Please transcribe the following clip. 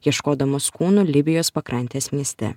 ieškodamos kūnų libijos pakrantės mieste